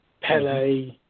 Pele